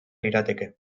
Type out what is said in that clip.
lirateke